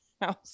house